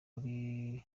kuri